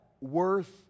worth